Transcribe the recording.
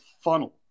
funnel